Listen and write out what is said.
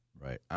right